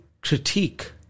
critique